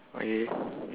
okay